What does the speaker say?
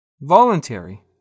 Voluntary